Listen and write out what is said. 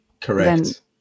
Correct